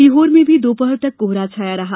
सीहोर में भी दोपहर तक कोहरा छाया रहा